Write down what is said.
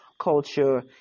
culture